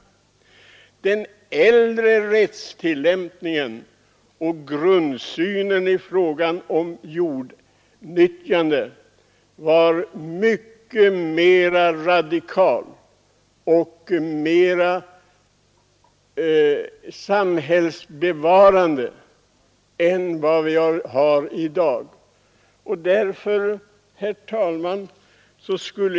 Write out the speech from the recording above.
Den äldre rättstillämpningen, liksom grundsynen i fråga om jordens nyttjande, var mycket mera radikal och mera samhällsbevarande än dagens.